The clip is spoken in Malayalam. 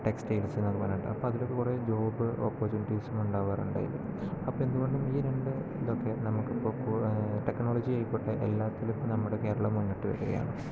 ടെക്സ്റ്റൈൽസ് എന്നൊക്കെ പറഞ്ഞിട്ട് അപ്പൊ അതിലൊക്കെ കുറേ ജോബ് ഓപ്പർച്യുണിട്ടീസ് ഉണ്ടാവാറുണ്ട് അപ്പോൾ എന്തുകൊണ്ടും ഈ ഇതൊക്കെ നമുക്കിപ്പം ടെക്നോളജിയിൽ ആയിക്കോട്ടെ എല്ലാത്തിലും ഇപ്പോൾ നമ്മുടെ കേരളം മുന്നിട്ടുവരികയാണ്